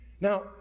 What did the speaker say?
Now